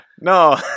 no